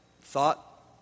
thought